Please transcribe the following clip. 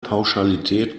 pauschalität